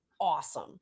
awesome